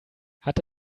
hat